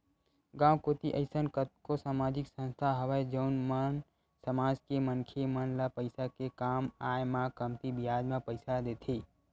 गाँव कोती अइसन कतको समाजिक संस्था हवय जउन मन समाज के मनखे मन ल पइसा के काम आय म कमती बियाज म पइसा देथे